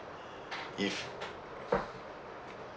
if